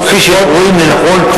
כפי שהם רואים לנכון.